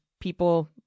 people